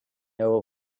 know